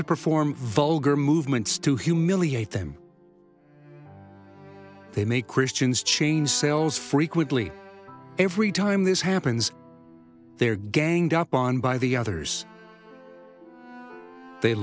to perform vulgar movements to humiliate them they make christians change sails frequently every time this happens there ganged up on by the others they